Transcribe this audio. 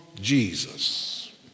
Jesus